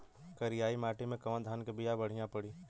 करियाई माटी मे कवन धान के बिया बढ़ियां पड़ी?